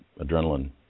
adrenaline